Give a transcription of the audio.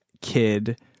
kid